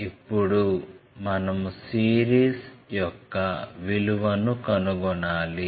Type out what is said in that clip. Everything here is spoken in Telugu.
ఇప్పుడు మనం సిరీస్ యొక్క విలువను కనుగొనాలి